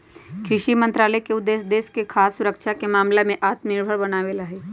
कृषि मंत्रालय के उद्देश्य देश के खाद्य सुरक्षा के मामला में आत्मनिर्भर बनावे ला हई